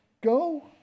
Go